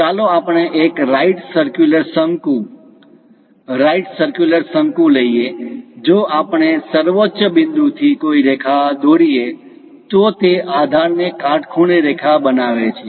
ચાલો આપણે એક રાઈટ સરક્યુલર શંકુ right circular cone right circular cone right circular શંકુ લઈએ જો આપણે સર્વોચ્ચ બિંદુથી કોઈ રેખા દોરી એ તો તે આધારને કાટખૂણે રેખા બનાવે છે